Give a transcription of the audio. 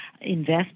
invest